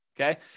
Okay